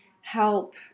help